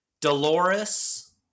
Dolores